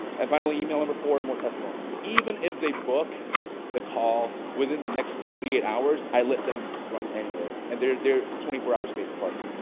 and finally email number four, and more testimonials. even if they book the call within the next forty eight hours, i let them run anyway and they're a twenty four hour space apart.